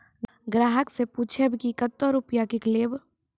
ग्राहक से पूछब की कतो रुपिया किकलेब?